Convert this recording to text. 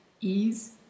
ease